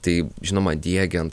tai žinoma diegiant